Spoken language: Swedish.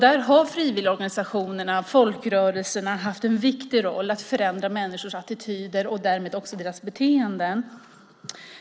Där har frivilligorganisationerna och folkrörelserna haft en viktig roll att förändra människors attityder och därmed också deras beteenden.